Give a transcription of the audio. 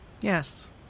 Yes